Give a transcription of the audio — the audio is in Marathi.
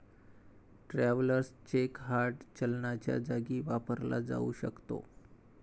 ट्रॅव्हलर्स चेक हार्ड चलनाच्या जागी वापरला जाऊ शकतो